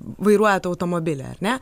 vairuojat automobilį ar ne